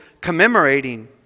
commemorating